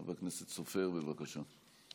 חבר הכנסת סופר, בבקשה.